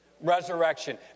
Resurrection